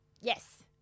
Yes